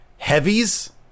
heavies